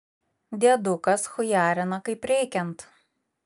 diedukas chujarina kaip reikiant